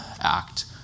act